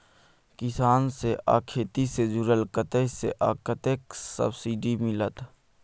किसान से आ खेती से जुरल कतय से आ कतेक सबसिडी मिलत?